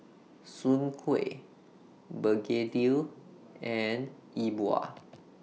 Soon Kway Begedil and E Bua